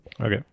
okay